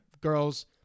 girls –